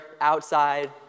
outside